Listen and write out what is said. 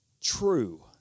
true